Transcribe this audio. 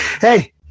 Hey